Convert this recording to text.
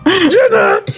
Jenna